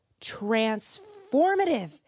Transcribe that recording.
transformative